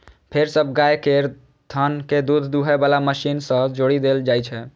फेर सब गाय केर थन कें दूध दुहै बला मशीन सं जोड़ि देल जाइ छै